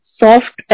soft